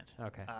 Okay